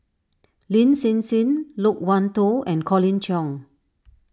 Lin Hsin Hsin Loke Wan Tho and Colin Cheong